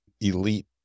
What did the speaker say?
elite